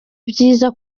byiza